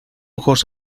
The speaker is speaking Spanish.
ojos